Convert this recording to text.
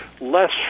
less